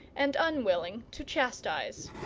and unwilling to chastise.